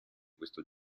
questo